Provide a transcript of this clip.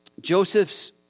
Joseph's